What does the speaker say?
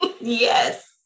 Yes